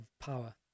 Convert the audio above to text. power